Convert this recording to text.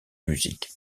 musiques